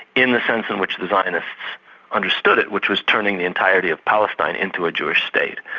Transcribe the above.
in the sense in which the zionists understood it, which was turning the entirety of palestine into a jewish state,